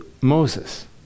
Moses